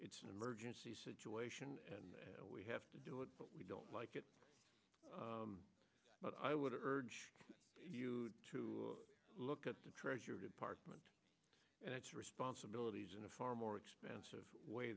it's an emergency situation and we have to do it but we don't like it but i would urge you to look at the treasury department and its responsibilities in a far more expensive way